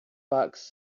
bucks